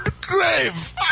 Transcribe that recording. grave